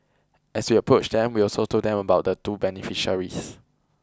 as we approached them we also told them about the two beneficiaries